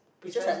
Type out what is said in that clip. precise